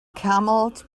camels